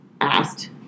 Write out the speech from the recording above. asked